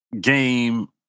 game